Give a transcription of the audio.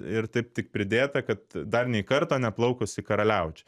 ir taip tik pridėta kad dar nei karto neplaukus į karaliaučių